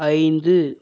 ஐந்து